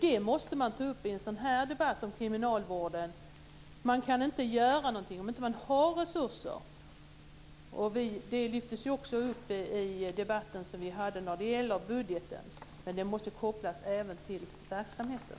Det måste man ta upp i en debatt om kriminalvården. Man kan inte göra någonting om man inte har resurser. Det lyftes också fram i den debatt vi hade när det gäller budgeten. Det måste kopplas till verksamheten.